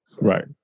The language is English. right